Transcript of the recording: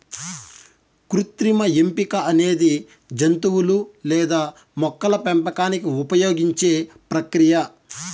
కృత్రిమ ఎంపిక అనేది జంతువులు లేదా మొక్కల పెంపకానికి ఉపయోగించే ప్రక్రియ